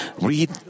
read